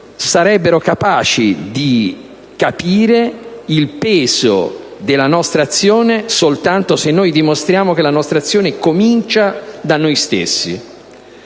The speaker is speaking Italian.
saranno capaci di capire il peso della nostra azione soltanto se noi dimostriamo che la nostra azione comincia da noi stessi.